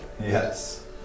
Yes